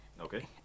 okay